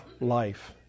life